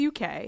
UK